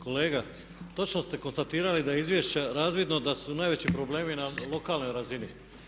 Kolega, točno ste konstatirali da je iz izvješća razvidno da su najveći problemi na lokalnoj razini.